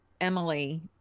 Emily